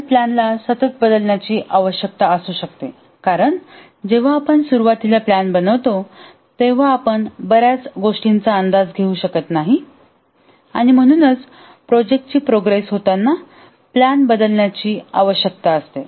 आणि प्लॅनला सतत बदलण्याची आवश्यकता असू शकते कारण जेव्हा आपण सुरुवातीला प्लॅन बनवतो तेव्हा आपण बर्याच गोष्टींचा अंदाज घेऊ शकत नाही आणि म्हणूनच प्रोजेक्टची प्रोग्रेस होताना प्लॅन बदलण्याची आवश्यकता असते